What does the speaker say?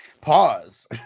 pause